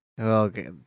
okay